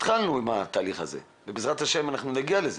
התחלנו עם התהליך הזה ובע"ה נגיע לזה,